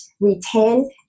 retain